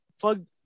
plug